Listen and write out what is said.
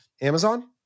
Amazon